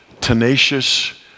tenacious